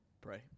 pray